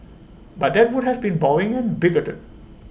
but that would have been boring and bigoted